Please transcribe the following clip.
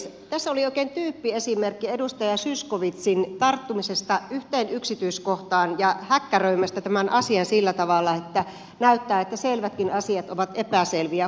tässä oli oikein tyyppiesimerkki edustaja zyskowiczin tarttumisesta yhteen yksityiskohtaan ja häkkäröimisestä tämän asian sillä tavalla että näyttää että selvätkin asiat ovat epäselviä